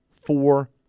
four